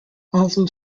also